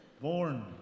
born